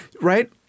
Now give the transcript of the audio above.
right